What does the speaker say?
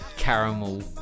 Caramel